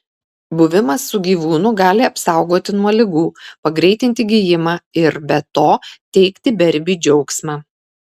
buvimas su gyvūnu gali apsaugoti nuo ligų pagreitinti gijimą ir be to teikti beribį džiaugsmą